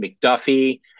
McDuffie